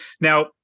Now